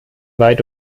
weit